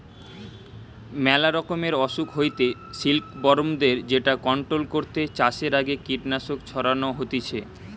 মেলা রকমের অসুখ হইতে সিল্কবরমদের যেটা কন্ট্রোল করতে চাষের আগে কীটনাশক ছড়ানো হতিছে